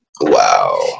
Wow